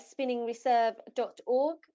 spinningreserve.org